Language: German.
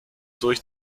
durch